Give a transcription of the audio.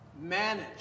manage